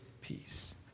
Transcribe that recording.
peace